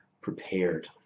prepared